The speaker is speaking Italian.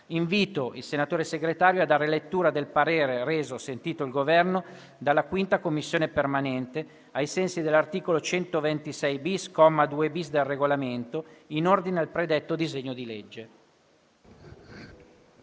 Invito il senatore Segretario a dare lettura del parere reso - sentito il Governo - dalla 5a Commissione permanente, ai sensi dell'articolo 126-*bis*, comma 2-*bis*, del Regolamento, in ordine al predetto disegno di legge.